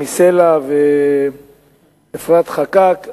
תמי סלע ואפרת חקאק,